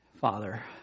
Father